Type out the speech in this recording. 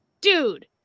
dude